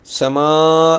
sama